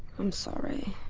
i'm sorry!